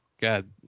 God